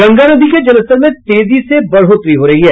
गंगा नदी के जलस्तर में तेजी से बढ़ोतरी हो रही है